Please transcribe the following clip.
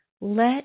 let